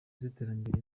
z’iterambere